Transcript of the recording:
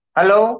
Hello